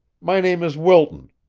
my name is wilton.